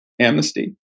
amnesty